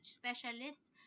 specialists